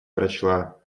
прочла